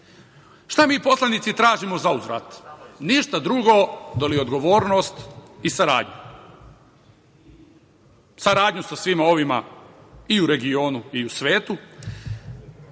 mi poslanici tražimo zauzvrat? Ništa drugo do li odgovornost i saradnju. Saradnju sa svima ovima i u regionu i u svetu,